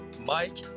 Mike